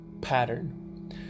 pattern